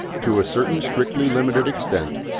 to a certain strictly limited extent,